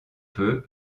peu